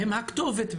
הם הכתובת,